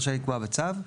רשאי לקבוע בצו,